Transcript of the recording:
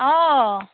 অঁ